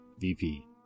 VP